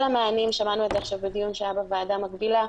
כל המענים שמענו את זה עכשיו בדיון שהיה בוועדה מקבילה,